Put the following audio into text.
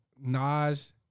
Nas